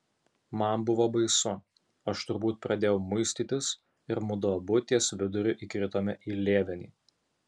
man buvo baisu aš turbūt pradėjau muistytis ir mudu abu ties viduriu įkritome į lėvenį